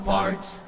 Parts